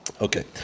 Okay